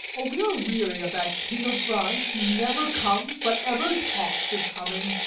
oh! we are weary of that king of france, who never comes, but ever talks of coming.